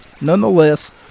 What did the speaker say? Nonetheless